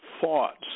thoughts